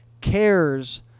cares